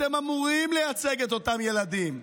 אתם אמורים לייצג את אותם ילדים,